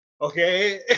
okay